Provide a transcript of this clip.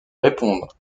répondre